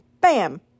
bam